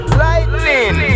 lightning